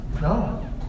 No